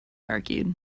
argued